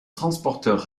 transporteur